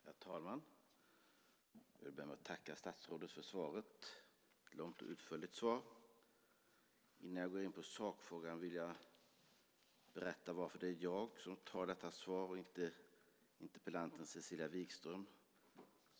Herr talman! Jag vill börja med att tacka statsrådet för svaret - ett långt och utförligt svar. Innan jag går in på sakfrågan vill jag berätta varför det är jag som tar detta svar och inte interpellanten Cecilia Wigström.